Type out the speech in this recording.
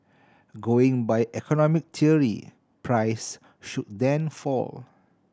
going by economic theory price should then fall